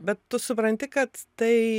bet tu supranti kad tai